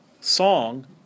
song